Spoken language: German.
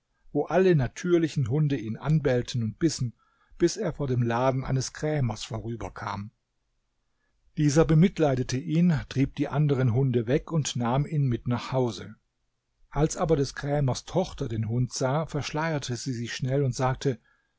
wo alle natürlichen hunde ihn anbellten und bissen bis er vor dem laden eines krämers vorüberkam dieser bemitleidete ihn trieb die anderen hunde weg und nahm in mit nach hause als aber des krämers tochter den hund sah verschleierte sie sich schnell und sagte